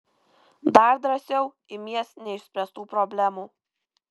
dar drąsiau imies neišspręstų problemų